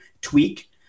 tweak